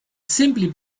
simply